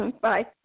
Bye